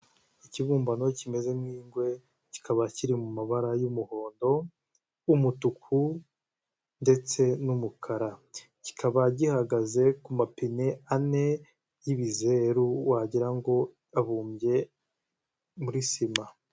Ikibumbano kimeze nk'ingwe kikaba kiri mu mabara y'umuhondo, umutuku ndetse n'umukara, kikaba gihagaze ku mapine ane y'ibizeru wagira ngo abumbye muri sima.